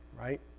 right